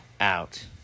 out